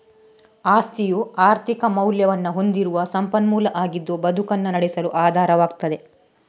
ಆಸ್ತಿಯು ಆರ್ಥಿಕ ಮೌಲ್ಯವನ್ನ ಹೊಂದಿರುವ ಸಂಪನ್ಮೂಲ ಆಗಿದ್ದು ಬದುಕನ್ನ ನಡೆಸಲು ಆಧಾರವಾಗ್ತದೆ